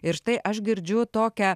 ir štai aš girdžiu tokią